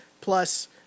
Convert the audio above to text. plus